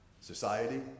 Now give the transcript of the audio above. society